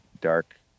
dark